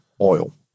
oil